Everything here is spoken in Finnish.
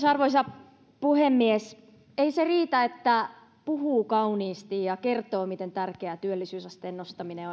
arvoisa puhemies ei se riitä että puhuu kauniisti ja kertoo miten tärkeää työllisyysasteen nostaminen